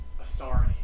authority